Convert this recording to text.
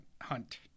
hunt